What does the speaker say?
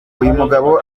mugabo